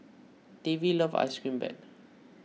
Davy loves Ice Cream Bread